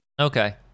Okay